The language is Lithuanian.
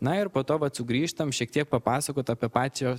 na ir po to vat sugrįžtam šiek tiek papasakot apie pačio